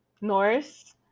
norris